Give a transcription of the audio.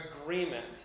agreement